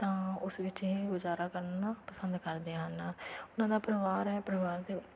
ਤਾਂ ਉਸ ਵਿੱਚ ਹੀ ਗੁਜ਼ਾਰਾ ਕਰਨਾ ਪਸੰਦ ਕਰਦੇ ਹਨ ਉਹਨਾਂ ਦਾ ਪਰਿਵਾਰ ਹੈ ਪਰਿਵਾਰ ਦੇ